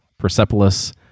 Persepolis